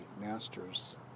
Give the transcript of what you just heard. masters